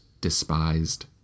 despised